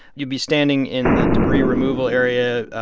you'd be standing in the debris removal area,